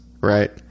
right